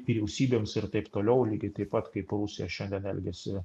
vyriausybėms ir taip toliau lygiai taip pat kaip rusija šiandien elgiasi